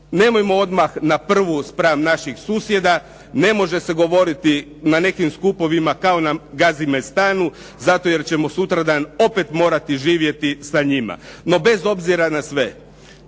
Nemojmo odmah na prvu spram naših susjeda, ne može se govoriti na nekim skupovima kao … /Govornik se ne razumije./ … zato jer ćemo sutradan opet morati živjeti sa njima, kraj njih No bez obzira na sve